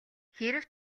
хэрэв